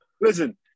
Listen